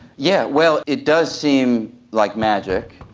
yeah well, it does seem like magic,